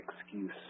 excuse